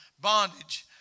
bondage